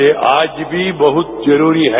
ये आज भी बहुत जरूरी है